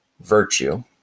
virtue